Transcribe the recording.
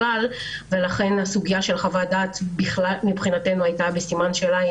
ולכן הסוגיה של חוות הדעת הייתה בסימן שאלה,